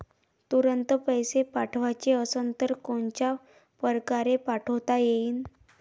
तुरंत पैसे पाठवाचे असन तर कोनच्या परकारे पाठोता येईन?